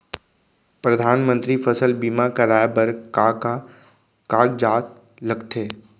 परधानमंतरी फसल बीमा कराये बर का का कागजात लगथे?